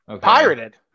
Pirated